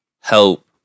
help